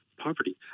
poverty